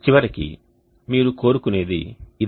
చివరికి మీరు కోరుకునేది ఇదే